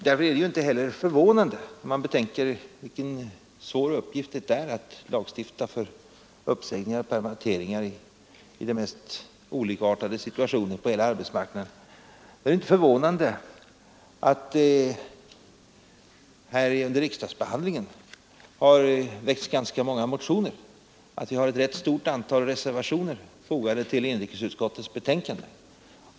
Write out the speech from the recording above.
Jag är inte förvånad — med tanke på vilken svår uppgift det är att lagstifta för uppsägningar och permitteringar i de mest olikartade situationer på hela arbetsmarknaden — över att det under riksdagsbehandlingen har väckts ganska många motioner och avgivits ett ganska stort antal reservationer till inrikesutskottets betänkande.